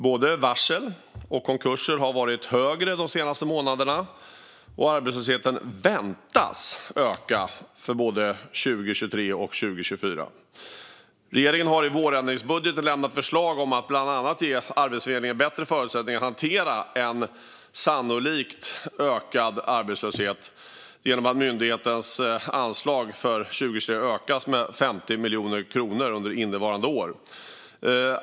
Både antalet varsel och antalet konkurser har varit högre de senaste månaderna, och arbetslösheten väntas öka både 2023 och 2024. Regeringen har i vårändringsbudgeten lämnat förslag om att bland annat ge Arbetsförmedlingen bättre förutsättningar att hantera en sannolikt ökad arbetslöshet genom att myndighetens anslag för 2023 ökas med 50 miljoner kronor under innevarande år.